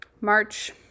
March